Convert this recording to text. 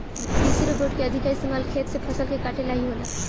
कृषि रोबोट के अधिका इस्तमाल खेत से फसल के काटे ला ही होला